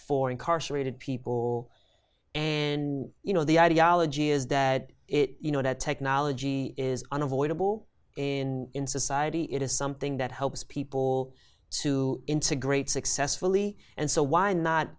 for incarcerated people in you know the ideology is that it you know that technology is unavoidable in in society it is something that helps people to integrate successfully and so why not